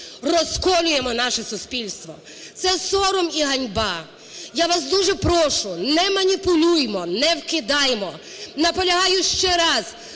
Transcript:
розколюємо наше суспільство. Це сором і ганьба! Я вас дуже прошу, не маніпулюймо, не вкидаймо. Наполягаю ще раз,